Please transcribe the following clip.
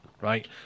right